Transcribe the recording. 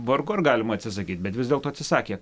vargu ar galima atsisakyt bet vis dėlto atsisakė